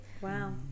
Wow